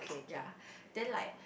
ya then like